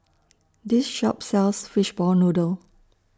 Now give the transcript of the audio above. This Shop sells Fishball Noodle